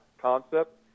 concept